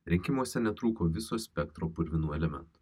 rinkimuose netrūko viso spektro purvinų elementų